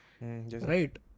Right